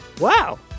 wow